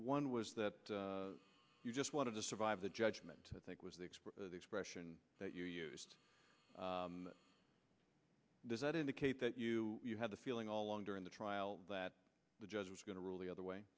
one was that you just one of the survive the judgment i think was the expression that you used does that indicate that you had the feeling all along during the trial that the judge was going to rule the other way